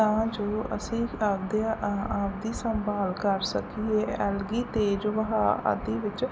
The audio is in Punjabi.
ਤਾਂ ਜੋ ਅਸੀਂ ਆਪਦੇ ਅ ਆਪਦੀ ਸੰਭਾਲ ਕਰ ਸਕੀਏ ਐਲਗੀ ਤੇਜ਼ ਵਹਾ ਆਦਿ ਵਿੱਚ